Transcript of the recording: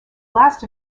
last